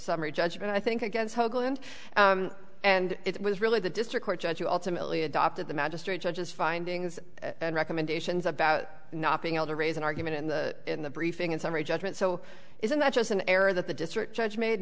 summary judgment i think against hoagland and it was really the district court judge you alternately adopted the magistrate judge's findings and recommendations about not being able to raise an argument in the in the briefing in summary judgment so isn't that just an error that the district judge made